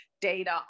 data